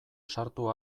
sartu